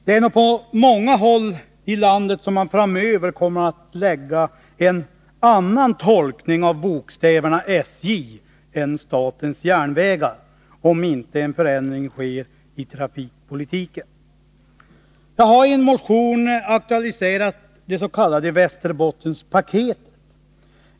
Det är nog på många håll i landet som man framöver kommer att göra en annan tolkning av bokstäverna SJ än statens järnvägar, om inte en förändring sker i trafikpolitiken. Jag har i en motion aktualiserat det s.k. Västerbottenpaketet.